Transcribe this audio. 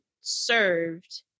served